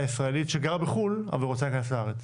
ישראלית שגרה בחו"ל אבל רוצה להיכנס לארץ?